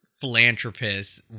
Philanthropist